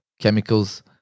chemicals